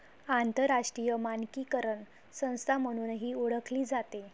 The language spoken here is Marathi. आंतरराष्ट्रीय मानकीकरण संस्था म्हणूनही ओळखली जाते